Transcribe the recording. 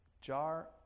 jar